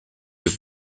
wir